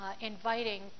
inviting